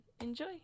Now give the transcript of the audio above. Enjoy